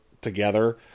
together